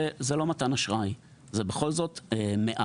זה לא מתן אשראי; זה בכל זאת מעל.